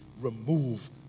remove